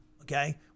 okay